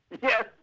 Yes